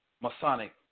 Masonic